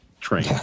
train